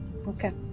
okay